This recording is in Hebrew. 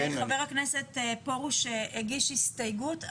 קיי, חבר הכנסת פורוש הגיש הסתייגות.